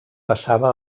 passava